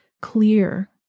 clear